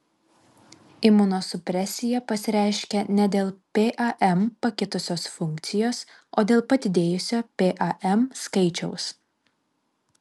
imunosupresija pasireiškia ne dėl pam pakitusios funkcijos o dėl padidėjusio pam skaičiaus